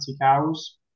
cows